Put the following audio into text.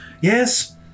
Yes